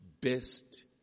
best